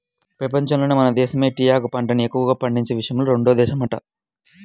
పెపంచంలోనే మన దేశమే టీయాకు పంటని ఎక్కువగా పండించే విషయంలో రెండో దేశమంట